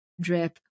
drip